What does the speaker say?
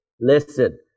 listen